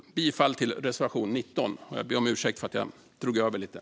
Jag yrkar bifall till reservation 19.